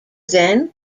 then